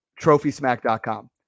trophysmack.com